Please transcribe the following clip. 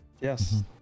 Yes